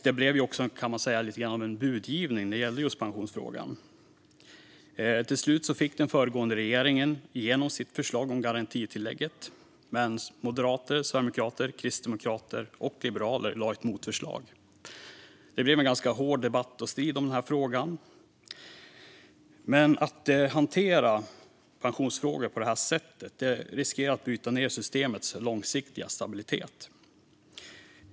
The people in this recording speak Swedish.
Det blev också lite grann av en budgivning i pensionsfrågan. Till slut fick den föregående regeringen igenom sitt förslag om garantitillägget, men moderater, sverigedemokrater, kristdemokrater och liberaler lade fram ett motförslag. Det blev en ganska hård debatt och strid om frågan. Att hantera pensionsfrågor på det sättet riskerar att bryta ned systemets långsiktiga stabilitet.